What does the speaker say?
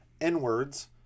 N-words